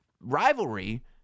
rivalry